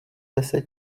deset